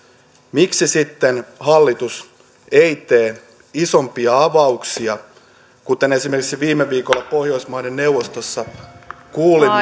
miksi sitten hallitus ei tee isompia avauksia kuten esimerkiksi viime viikolla pohjoismaiden neuvostossa kuulimme